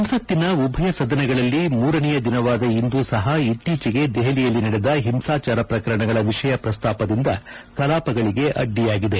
ಸಂಸತ್ತಿನ ಉಭಯ ಸದನಗಳಲ್ಲಿ ಮೂರನೆಯ ದಿನವಾದ ಇಂದೂ ಸಹ ಇತ್ತೀಚೆಗೆ ದೆಹಲಿಯಲ್ಲಿ ನಡೆದ ಹಿಂಸಾಚಾರ ಪ್ರಕರಣಗಳ ವಿಷಯ ಪ್ರಸ್ತಾಪದಿಂದ ಕಲಾಪಗಳಿಗೆ ಅಡ್ಡಿಯಾಗಿದೆ